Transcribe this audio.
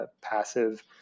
passive